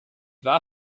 war